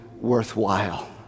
worthwhile